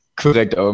Korrekt